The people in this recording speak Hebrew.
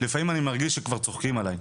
לפעמים אני מרגיש שכבר צוחקים עליי.